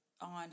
on